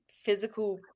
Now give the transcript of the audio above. physical